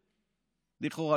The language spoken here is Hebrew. לכאורה?